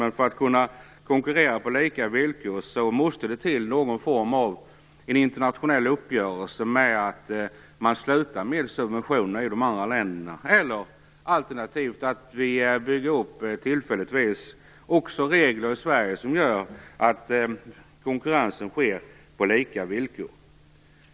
Men för att kunna konkurrera på lika villkor måste det till någon form av internationell uppgörelse om att de andra länderna upphör med sina subventioner. Alternativt kan vi tillfälligtvis införa regler i Sverige som gör att konkurrensen sker på lika villkor.